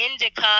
indica